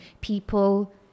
people